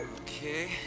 Okay